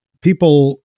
people –